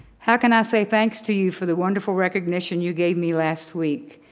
how can i say thanks to you for the wonderful recognition you gave me last week?